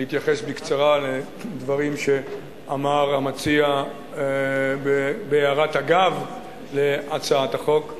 להתייחס בקצרה לדברים שאמר המציע בהערת אגב להצעת החוק.